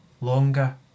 longer